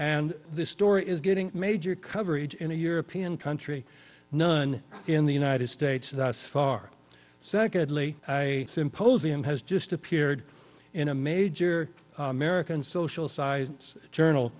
and this story is getting major coverage in a european country none in the united states far secondly i symposium has just appeared in a major american social science journal